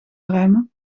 ruimen